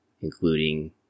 including